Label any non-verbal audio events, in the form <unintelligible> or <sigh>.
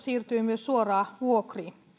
<unintelligible> siirtyy myös suoraan vuokriin